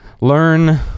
learn